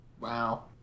Wow